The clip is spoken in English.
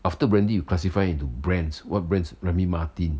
after brandy you classify into brands [what] brands Remy Martin